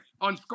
on